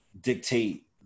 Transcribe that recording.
dictate